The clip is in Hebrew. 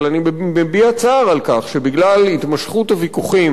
אבל אני מביע צער על כך שבגלל התמשכות הוויכוחים